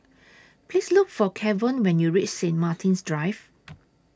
Please Look For Kevon when YOU REACH Saint Martin's Drive